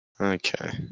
Okay